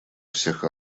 всех